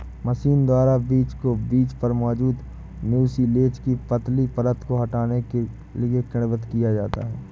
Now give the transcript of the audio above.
machine द्वारा बीज को बीज पर मौजूद म्यूसिलेज की पतली परत को हटाने के लिए किण्वित किया जाता है